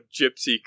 gypsy